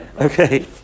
Okay